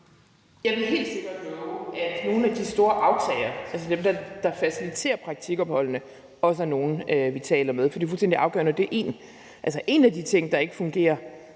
Jeg vil helt sikkert love, at nogle af de store arvtagere, altså dem, der faciliterer praktikopholdene, også er nogle, vi taler med, for det er fuldstændig afgørende. En af de ting, der ikke fungerer